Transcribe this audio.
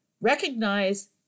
Recognize